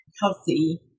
healthy